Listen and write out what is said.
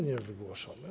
Niewygłoszone.